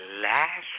last